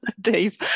Dave